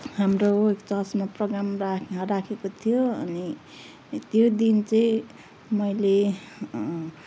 हाम्रो चर्चमा प्रोग्राम रा राखेको थियो अनि त्यो दिन चाहिँ मैले